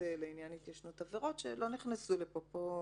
לעניין התיישנות עבירות שלא נכנסו לפה.